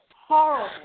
horrible